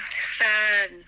Sad